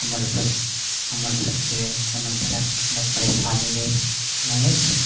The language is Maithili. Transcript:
हमर हमर सबके कोनो तरहके कोनो परेशानी नहि अछि नहि अछि